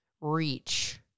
reach